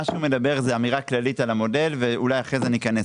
מה שהוא אומר זה אמירה כללית על המודל ואולי אחרי זה ניכנס,